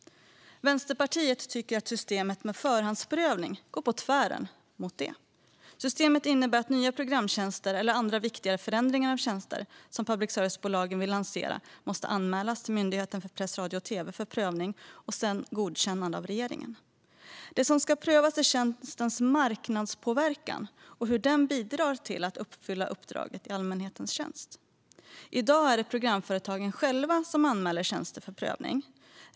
Vänsterpartiet tycker att systemet med förhandsprövning går på tvärs mot det. Systemet innebär att nya programtjänster eller andra viktigare förändringar av tjänster som public service-bolagen vill lansera måste anmälas till Myndigheten för press, radio och tv för prövning och sedan ges godkännande av regeringen. Det som ska prövas är tjänstens marknadspåverkan och hur den bidrar till att uppfylla uppdraget i allmänhetens tjänst. I dag är det programföretagen själva som anmäler tjänster för prövning.